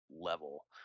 Level